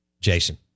Jason